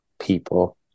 people